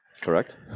Correct